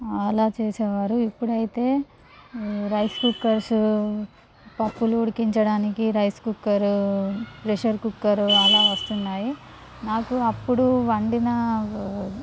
అలా చేసేవారు ఇప్పుడైతే రైస్ కుక్కర్స్ పప్పులు ఉడికించడానికి రైస్ కుక్కర్ ప్రెషర్ కుక్కర్ అలా వస్తున్నాయి నాకు అప్పుడు వండిన